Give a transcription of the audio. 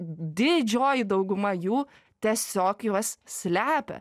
didžioji dauguma jų tiesiog juos slepia